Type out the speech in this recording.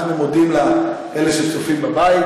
מודים לאלה שצופים בבית,